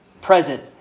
Present